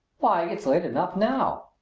why, it's late enough now.